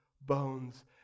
bones